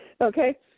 Okay